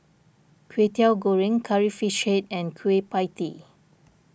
Kwetiau Goreng Curry Fish Head and Kueh Pie Tee